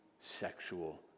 sexual